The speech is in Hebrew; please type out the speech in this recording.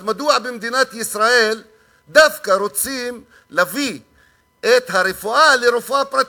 אז מדוע במדינת ישראל דווקא רוצים להפוך את הרפואה לרפואה פרטית?